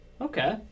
okay